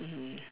mmhmm